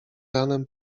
ranem